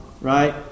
right